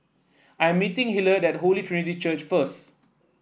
I'm meeting Hilliard at Holy Trinity Church first